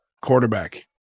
quarterback